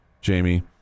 Jamie